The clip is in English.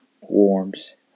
warms